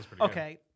Okay